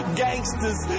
gangsters